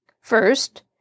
First